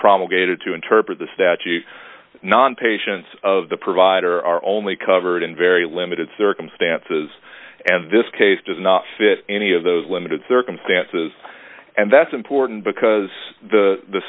promulgated to interpret the statute non patients of the provider are only covered in very limited circumstances and this case does not fit any of those limited circumstances and that's important because the